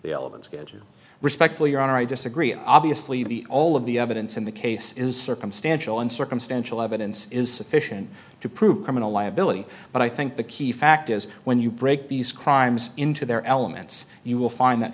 the elegant schedule respectfully your honor i disagree obviously the all of the evidence in the case is circumstantial and circumstantial evidence is sufficient to prove criminal liability but i think the key fact is when you break these crimes into their elements you will find that